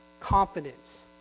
confidence